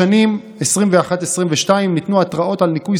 בשנים 2022-2021 ניתנו התראות על ניכוי